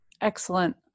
excellent